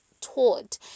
taught